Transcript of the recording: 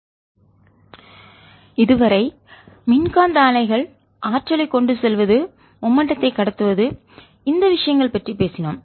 boundary இல் waves reflection I tense இழுக்கப்பட்ட string லேசான கயிறு மேல் உள்ள வேவ் இதுவரை மின்காந்த அலைகள் ஆற்றலைக் கொண்டு செல்வது மூமென்டடத்தைஉந்தம் கடத்துவது இந்த விஷயங்கள் பற்றி பேசினோம்